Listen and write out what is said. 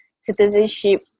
citizenship